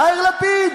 יאיר לפיד,